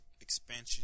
expansion